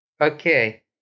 Okay